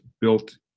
built